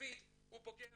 דוד הוא בוגר